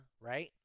right